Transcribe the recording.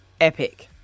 epic